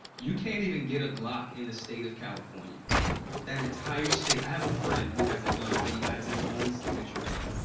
you can't even get a glock in the state of california that entire state. i have a friend who has a gun. he has his own signature gun,